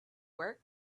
work